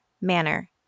manner